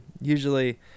usually